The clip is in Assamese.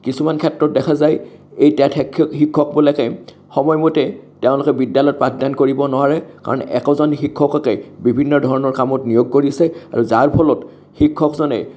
কিছুমান ক্ষেত্ৰত দেখা যায় এই টেট শিক্ষকবিলাকে সময়মতে তেওঁলোকে বিদ্যালয়ত পাঠদান কৰিব নোৱাৰে কাৰণ একোজন শিক্ষককে বিভিন্ন ধৰণৰ কামত নিয়োগ কৰিছে আৰু যাৰ ফলত শিক্ষকজনে